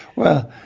well,